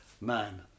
Man